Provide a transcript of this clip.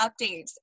updates